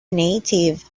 native